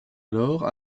alors